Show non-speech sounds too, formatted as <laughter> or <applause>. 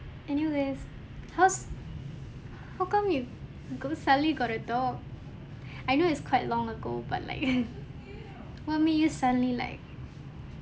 anyways how's how come you suddenly got a dog I know it's quite long ago but like <laughs> what made you suddenly like